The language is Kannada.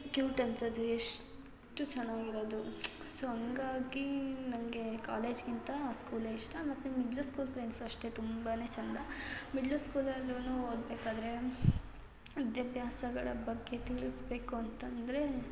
ಕ್ಯೂಟ್ ಅನ್ಸೋದು ಎಷ್ಟು ಚೆನ್ನಾಗಿರೋದು ಸೊ ಹಂಗಾಗೀ ನನಗೆ ಕಾಲೇಜ್ಗಿಂತ ಸ್ಕೂಲೇ ಇಷ್ಟ ಮತ್ತು ಮಿಡ್ಲ್ ಸ್ಕೂಲ್ ಫ್ರೆಂಡ್ಸೂ ಅಷ್ಟೇ ತುಂಬಾ ಚಂದ ಮಿಡ್ಲ್ ಸ್ಕೂಲಲ್ಲೂ ಓದಬೇಕಾದ್ರೆ ವಿದ್ಯಾಭ್ಯಾಸಗಳ ಬಗ್ಗೆ ತಿಳಿಸ್ಬೇಕು ಅಂತಂದರೆ